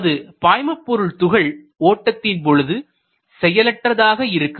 நமது பாய்ம பொருள் துகள் ஓட்டத்தின் பொழுது செயலற்றதாக இருக்கும்